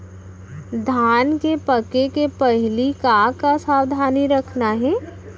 धान के पके के पहिली का का सावधानी रखना हे?